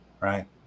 Right